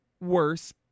worse